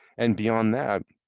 and beyond that,